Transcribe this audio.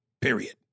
period